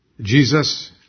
Jesus